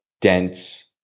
dense